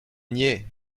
niais